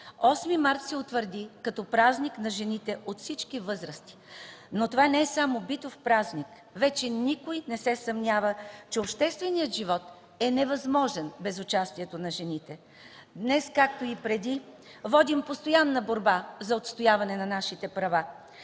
8 март се утвърди като празник на жените от всички възрасти. Това не е само битов празник, вече никой не се съмнява, че общественият живот е невъзможен без участието на жените. Днес, както и преди, водим постоянна борба за отстояване на нашите права